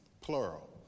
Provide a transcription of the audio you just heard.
plural